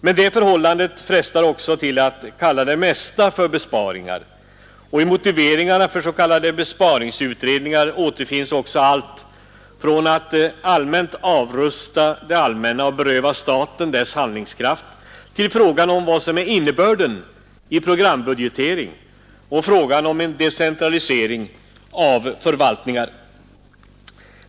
Men det förhållandet frestar också till att kalla det mesta för besparingar, och i motiveringarna för s.k. besparingsutredningar återfinns också allt från att avrusta det allmänna och beröva staten dess handlingskraft till frågan om vad som är innebörden i programbudgetering och frågan om decentralisering av förvaltningar.